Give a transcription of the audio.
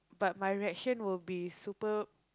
but my reaction will be super